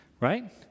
right